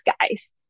guys